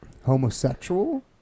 homosexual